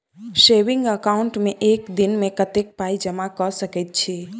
Saving account मे एक दिनमे कतेक पाई जमा कऽ सकैत छी?